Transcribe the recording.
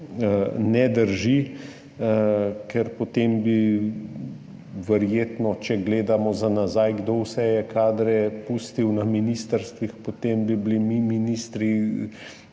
ne drži, ker potem bi, verjetno, če gledamo za nazaj, kdo vse je kadre pustil na ministrstvih, bili mi ministri